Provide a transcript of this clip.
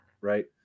right